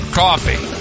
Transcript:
coffee